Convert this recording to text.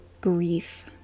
grief